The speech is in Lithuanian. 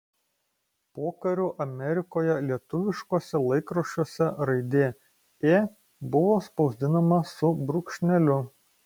pokariu amerikoje lietuviškuose laikraščiuose raidė ė buvo spausdinama su brūkšneliu